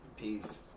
Peace